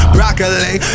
Broccoli